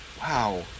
wow